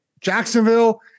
Jacksonville